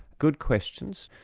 good questions,